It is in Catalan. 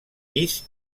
pis